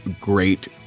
great